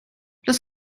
los